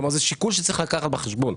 כלומר, זה שיקול שצריך לקחת אותו בחשבון.